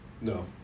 No